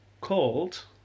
called